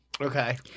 Okay